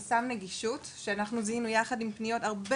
חסם נגישות שאנחנו זיהינו יחד עם הרבה